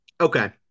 Okay